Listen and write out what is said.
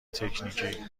تکنیکی